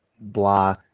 blah